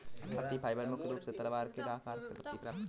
पत्ती फाइबर मुख्य रूप से तलवार के आकार के पत्तों से प्राप्त होता है